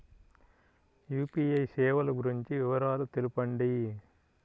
UPI సేవలు గురించి వివరాలు తెలుపండి?